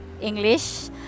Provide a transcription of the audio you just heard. English